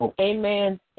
Amen